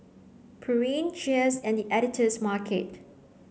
Pureen Cheers and the Editor's Market